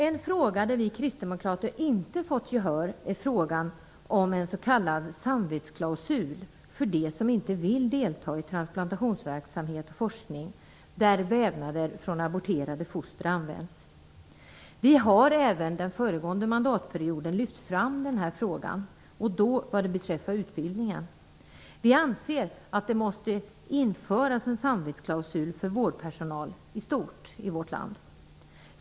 En fråga där vi kristdemokrater inte fått gehör är frågan om en s.k. samvetsklausul för dem som inte vill delta i transplantationsverksamhet och forskning där vävnader från aborterade foster används. Vi lyfte fram denna fråga även under den föregående mandatperioden, då beträffande utbildningen. Vi anser att det måste införas en samvetsklausul för vårdpersonal i stort i vårt land.